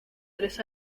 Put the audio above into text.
tres